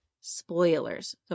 Spoilers